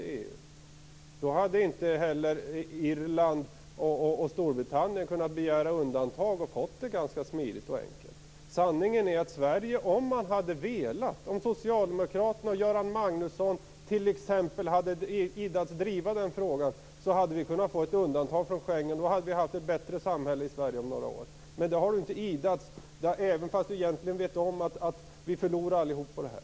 I så fall hade inte Irland och Storbritannien kunnat begära undantag och ganska smidigt och enkelt fått ett sådant. Sanningen är att Sverige hade kunnat få ett undantag från Schengen om vi hade velat. Om t.ex. socialdemokraterna och Göran Magnusson hade itts driva den frågan hade vi kunnat få ett undantag, och då hade vi haft ett bättre samhälle i Sverige om några år. Men ni har inte itts göra det, fastän ni vet om att vi alla förlorar på det här.